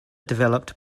developed